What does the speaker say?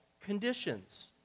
conditions